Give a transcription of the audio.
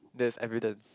there's evidence